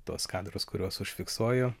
tuos kadrus kuriuos užfiksuoju